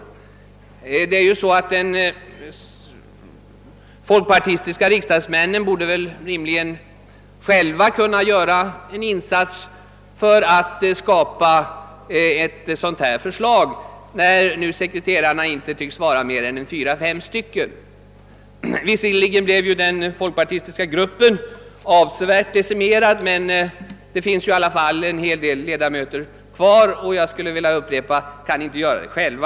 De folkpartistiska riksdagsmännen borde rimligen själva kunna göra en insats för att utarbeta ett sådant förslag då nu sekreterarna inte tycks vara fler än fyra eller fem. Visserligen har den folkpartistiska gruppen blivit avsevärt decimerad, men det finns i alla fall en hel del ledamöter kvar och jag skulle vilja upprepa: Kan ni inte göra arbetet själva?